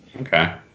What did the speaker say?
Okay